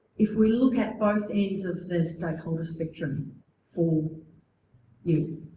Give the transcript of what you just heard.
if we look at both ends of the stakeholder spectrum for you,